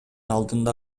алдында